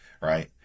right